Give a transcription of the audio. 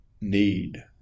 need